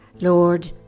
Lord